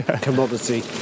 commodity